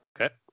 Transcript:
Okay